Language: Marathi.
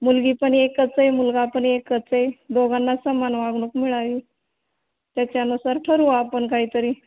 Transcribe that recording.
मुलगी पण एकच आहे मुलगापण एकच आहे दोघांना समान वागणूक मिळावी त्याच्यानुसार ठरवू आपण काहीतरी